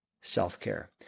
self-care